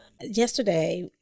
yesterday